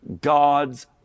God's